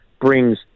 brings